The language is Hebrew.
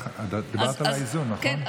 דיברת על האיזון, נכון?